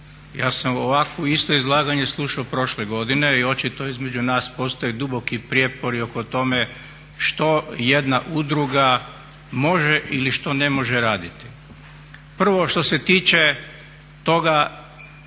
Ja sam ovakvo isto izlaganje slušao prošle godine i očito između nas postoji duboki prijepori o tome što jedna udruga može ili što ne može raditi. Prvo što se tiče toga